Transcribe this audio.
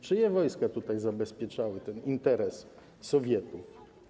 Czyje wojska tutaj zabezpieczały ten interes Sowietów?